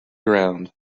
ground